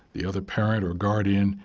the other parent or guardian,